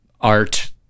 art